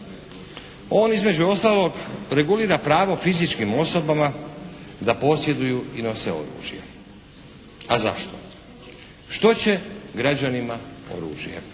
On između ostalog regulira pravo fizičkim osobama da posjeduju i nose oružje. A zašto? Što će građanima oružje?